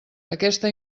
aquesta